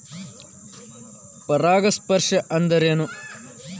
ಪರಾಗಸ್ಪರ್ಶ ಅಂದರೇನು?